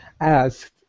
asked